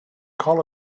call